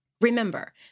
Remember